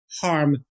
harm